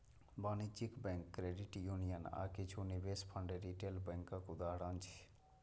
वाणिज्यिक bank, credit union आ किछु निवेश फंड रिटेल बैंकक उदाहरण छियै